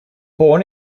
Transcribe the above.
born